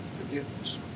forgiveness